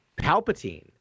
Palpatine